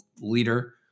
leader